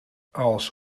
als